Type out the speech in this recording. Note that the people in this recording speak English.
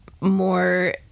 more